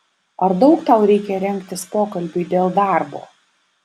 ar daug tau reikia rengtis pokalbiui dėl darbo